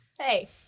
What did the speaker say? Hey